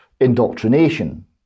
indoctrination